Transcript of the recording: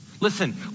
Listen